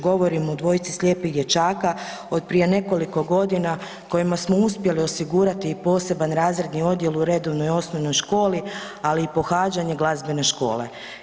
Govorim o dvojici slijepih dječaka od prije nekoliko godina kojima smo uspjeli osigurati i poseban razredni odjel u redovnoj osnovnoj školi, ali i pohađanje glazbene škole.